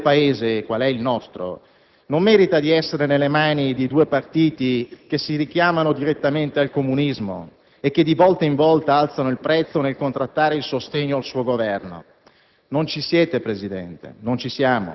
Il destino di un grande Paese, come il nostro, non merita di essere nelle mani di due partiti che si richiamano direttamente al comunismo e che, di volta in volta, alzano il prezzo nel contrattare il sostegno al suo Governo.